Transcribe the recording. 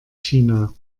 china